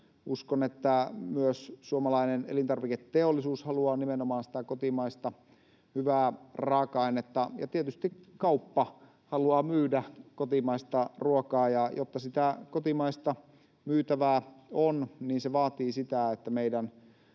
Uskon, että myös suomalainen elintarviketeollisuus haluaa nimenomaan sitä kotimaista, hyvää raaka-ainetta. Ja tietysti kauppa haluaa myydä kotimaista ruokaa, ja jotta sitä kotimaista myytävää on, niin se vaatii sitä, että meidän